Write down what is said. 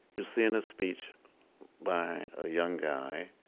you're seeing a speech by a young guy,